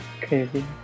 crazy